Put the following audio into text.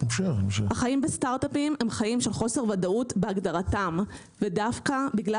החיים בסטארט-אפים הם חיים של חוסר ודאות בהגדרתם ודווקא בגלל